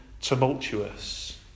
tumultuous